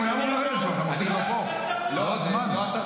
--- חבר הכנסת